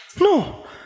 no